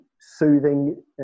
soothing